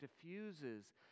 diffuses